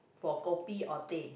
for kopi or teh